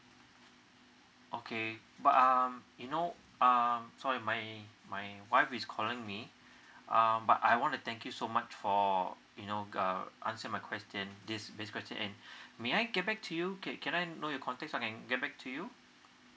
okay but um you know um sorry my my wife is calling me um but I wanna thank you so much for you know uh answer my question this base question and may I get back to you can I know your contact so I can get back to you